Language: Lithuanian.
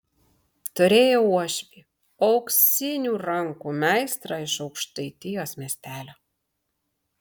turėjau uošvį auksinių rankų meistrą iš aukštaitijos miestelio